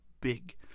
big